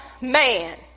man